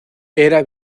era